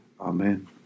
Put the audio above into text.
Amen